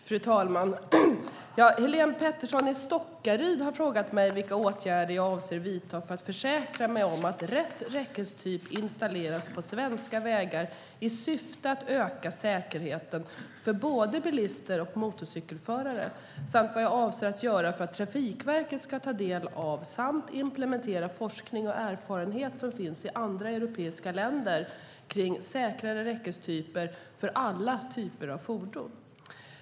Fru talman! Helene Petersson i Stockaryd har frågat mig vilka åtgärder jag avser att vidta för att försäkra mig om att rätt räckestyp installeras på svenska vägar, i syfte att öka säkerheten för både bilister och motorcykelförare, samt vad jag avser att göra för att Trafikverket ska ta del av samt implementera forskning och erfarenhet som finns i andra europeiska länder kring säkrare räckestyper för alla typer av fordon.